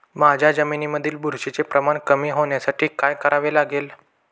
माझ्या जमिनीमधील बुरशीचे प्रमाण कमी होण्यासाठी काय करावे लागेल?